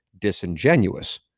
disingenuous